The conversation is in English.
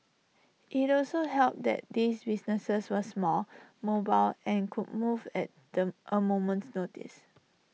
IT also helped that these businesses were small mobile and could move at A moment's notice